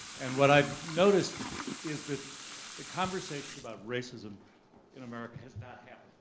and what i noticed is that the conversation about racism in america has not yeah